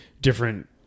different